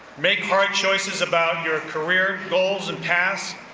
make hard choices about your career goals and pass,